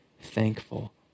thankful